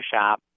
shop